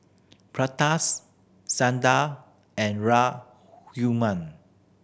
and Raghuram